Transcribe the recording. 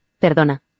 Perdona